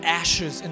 ashes